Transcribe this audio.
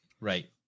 Right